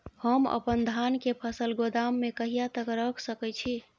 हम अपन धान के फसल गोदाम में कहिया तक रख सकैय छी?